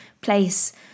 place